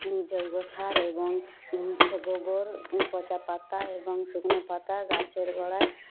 জৈব সার এবং স গোবর পচা পাতা এবং শুকনো পাতা গাছের গোঁড়ায়